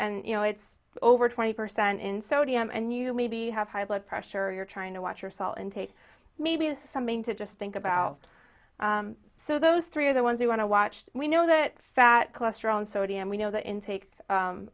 and you know it's over twenty percent in sodium and you maybe have high blood pressure you're trying to watch your salt intake maybe it's something to just think about so those three are the ones you want to watch we know that fat cholesterol and sodium we know that intake